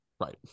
Right